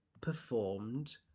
performed